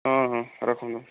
ହଁ ହଁ ରଖନ୍ତୁ